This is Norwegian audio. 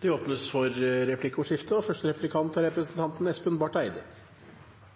Det blir replikkordskifte. La meg først si at jeg ser fram til gode og